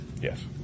Yes